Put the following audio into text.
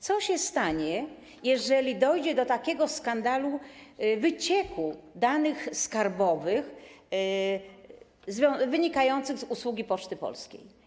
Co się stanie, jeżeli dojdzie do takiego skandalu, wycieku danych skarbowych wynikającego z usługi Poczty Polskiej?